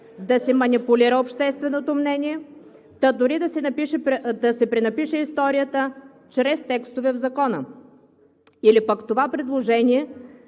да се манипулира общественото мнение, та дори да се пренапише историята чрез текстове в Закона, или пък това предложение